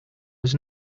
was